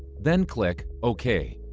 then click ok.